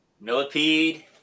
Millipede